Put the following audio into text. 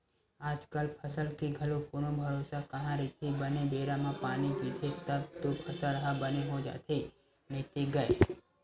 आजकल फसल के घलो कोनो भरोसा कहाँ रहिथे बने बेरा म पानी गिरगे तब तो फसल ह बने हो जाथे नइते गय